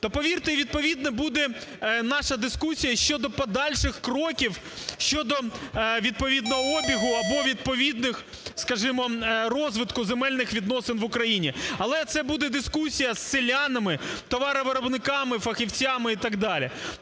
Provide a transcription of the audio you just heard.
то, повірте, відповідно буде наша дискусія щодо подальших кроків, щодо відповідного обігу або відповідних, скажімо, розвитку земельних відносин в Україні, але це буде дискусія з селянами, товаровиробниками, фахівцями і так далі.